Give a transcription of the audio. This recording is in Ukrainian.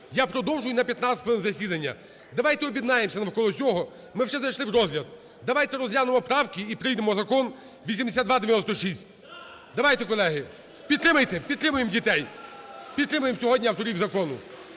Я продовжую на 15 хвилин засідання. Давайте об'єднаємося навколо цього, ми вже зайшли в розгляд, давайте розглянемо правки і приймемо Закон 8296. Давайте, колеги. Підтримаємо дітей. Підтримаємо сьогодні авторів закону.